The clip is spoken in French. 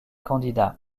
candidats